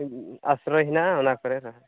ᱟᱥᱨᱚᱭ ᱦᱮᱱᱟᱜᱼᱟ ᱚᱱᱟ ᱠᱚᱨᱮ ᱫᱚ